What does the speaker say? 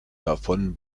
davon